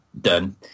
done